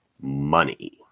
money